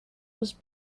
was